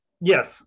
Yes